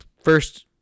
first